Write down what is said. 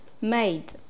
made